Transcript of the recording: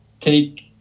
take